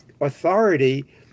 authority